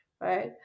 right